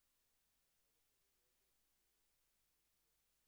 יצא הדוח הראשון של הנציבה וייאמר לזכותה שהיא